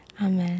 Amen